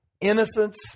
innocence